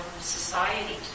society